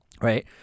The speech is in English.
Right